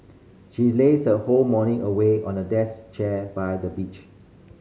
she lazed her whole morning away on a deck chair by the beach